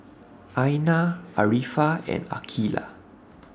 Aina Arifa and Aqeelah